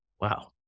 Wow